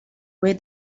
where